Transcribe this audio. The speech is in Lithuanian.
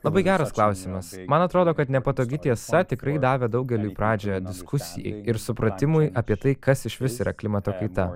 labai geras klausimas man atrodo kad nepatogi tiesa tikrai davė daugeliui pradžią diskusijai ir supratimui apie tai kas išvis yra klimato kaita